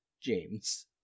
james